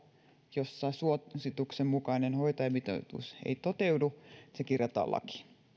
jossa suosituksen mukainen hoitajamitoitus ei toteudu se kirjataan lakiin